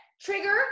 trigger